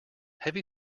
heavy